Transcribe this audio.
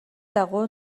дагуу